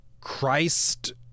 christ